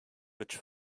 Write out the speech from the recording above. which